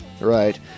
Right